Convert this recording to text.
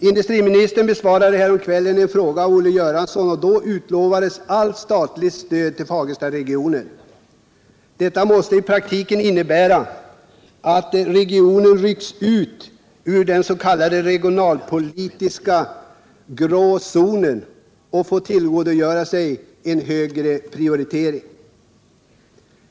Industriministern besvarade häromkvällen en fråga av Olle Göransson. Då utlovades allt statligt stöd till Fagerstaregionen. Detta måste i praktiken innebära att regionen ryckts ut ur den regionalpolitiska ”grå zonen” och får tillgodogöra sig en högre prioritering.